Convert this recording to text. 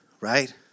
right